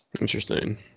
Interesting